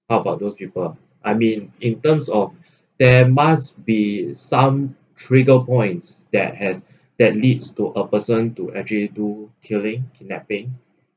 how about those people I mean in terms of there must be some trigger points that has that leads to a person to actually do killing kidnapping